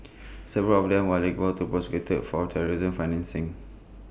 several of them were liable to prosecuted for terrorism financing